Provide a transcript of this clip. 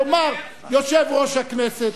תאמר: יושב-ראש הכנסת,